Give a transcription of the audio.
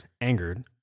angered